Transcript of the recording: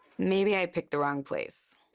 maybe i picked the wrong place.